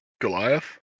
Goliath